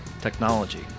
technology